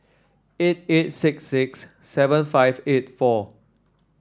eight eight six six seven five eight four